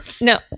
No